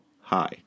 hi